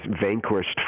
vanquished